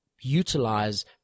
utilize